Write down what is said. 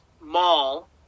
mall